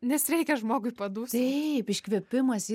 nes reikia žmogui padūsaut taip iškvėpimas